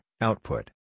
output